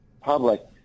public